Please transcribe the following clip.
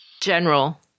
general